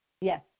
Yes